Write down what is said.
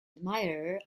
admirer